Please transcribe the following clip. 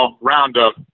roundup